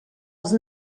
els